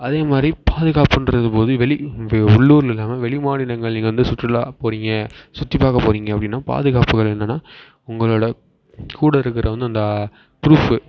அதேமாதிரி பாதுகாப்புன்றது போது வெளி உள்ளூரில் இல்லாமல் வெளி மாநிலங்கள் நீங்கள் வந்து சுற்றுலா போகிறீங்க சுற்றி பார்க்க போகிறீங்க அப்படின்னா பாதுகாப்புகள் என்னன்னால் உங்களோடு கூட இருக்கிறவன் வந்து ப்ரூஃப்பு